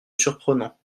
surprenant